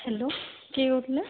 hello କିଏ କହୁଥିଲେ